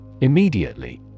Immediately